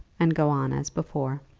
and go on as before.